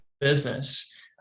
business